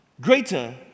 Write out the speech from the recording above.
greater